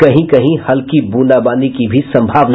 कहीं कहीं हल्की ब्रंदाबांदी की भी संभावना